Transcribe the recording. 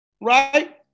Right